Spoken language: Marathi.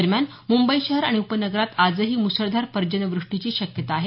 दरम्यान मुंबई शहर आणि उपनगरात आजही मुसळधार पर्जन्यवृष्टीची शक्यता आहे